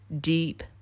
deep